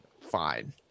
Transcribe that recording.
fine